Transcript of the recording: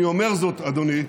אני אומר זאת, אדוני,